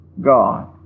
God